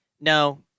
No